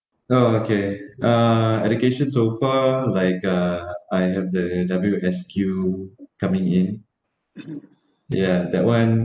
oh okay uh education so far like uh I have the W_S_Q coming in ya that [one]